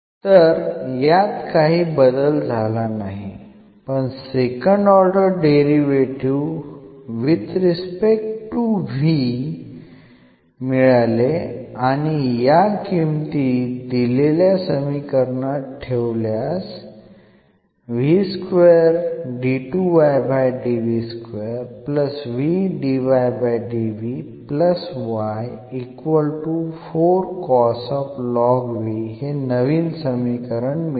तर यात काही बदल झाला नाही पण second order derivative with respect to v मिळाले आणि या किमती दिलेल्या समीकरणात ठेवल्यास हे नवीन समीकरण मिळेल